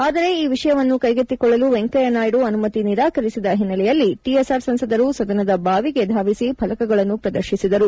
ಆದರೆ ಈ ವಿಷಯವನ್ನು ಕೈಗೆತ್ತಿಕೊಳ್ಳಲು ವೆಂಕಯ್ಯನಾಯ್ಡು ಅನುಮತಿ ನಿರಾಕರಿಸಿದ ಹಿನ್ನೆಲೆಯಲ್ಲಿ ಟಿಆರ್ಎಸ್ ಸಂಸದರು ಸದನದ ಬಾವಿಗೆ ಧಾವಿಸಿ ಫಲಕಗಳನ್ನು ಪ್ರದರ್ಶಿಸಿದರು